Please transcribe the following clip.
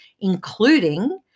including